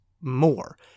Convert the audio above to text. more